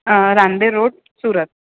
Ramdev road Surat